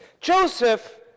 Joseph